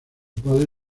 padre